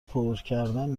پرکردن